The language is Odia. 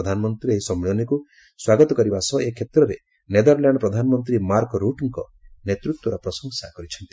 ପ୍ରଧାନମନ୍ତ୍ରୀ ଏହି ସମ୍ମିଳନୀକୁ ସ୍ୱାଗତ କରିବା ସହ ଏ କ୍ଷେତ୍ରରେ ନେଦର୍ଲ୍ୟାଣ୍ଡ ପ୍ରଧାନମନ୍ତ୍ରୀ ମାର୍କ ରୁଟ୍ଙ୍କ ନେତୃତ୍ୱର ପ୍ରଶଂସା କରିଛନ୍ତି